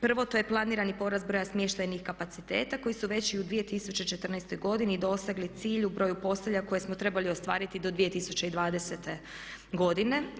Prvo to je planirani porast broja smještajnih kapaciteta koji su već u 2014. godini dosegli cilj u broju postelja koje smo trebali ostvariti do 2020. godine.